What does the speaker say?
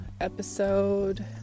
episode